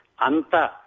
Anta